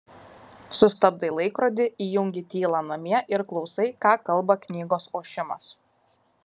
sustabdai laikrodį įjungi tylą namie ir klausai ką kalba knygos ošimas